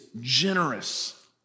generous